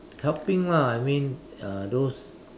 helping lah I mean uh those